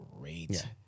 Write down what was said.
great